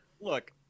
Look